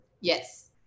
Yes